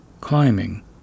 climbing